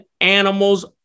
animals